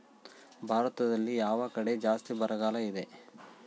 ಭಾರತದಲ್ಲಿ ಯಾವ ಕಡೆ ಜಾಸ್ತಿ ಬರಗಾಲ ಇದೆ?